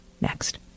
Next